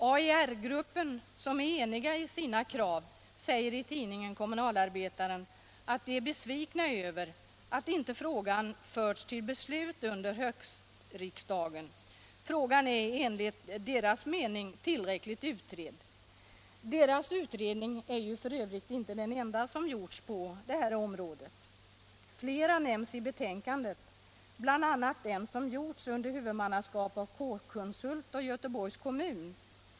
AIR-gruppens medlemmar, som är eniga i sina krav, säger i tidningen Kommunalarbetaren att de är besvikna över att frågan inte har förts till beslut under höstriksdagen. Frågan är enligt deras mening tillräckligt utredd. Deras utredning är f. ö. inte den enda som gjorts på detta område. Flera nämns i betänkandet, bl.a. den som gjorts under huvudmannaskap av K-konsult och Göteborgs kommun.